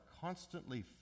constantly